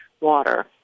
water